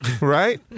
Right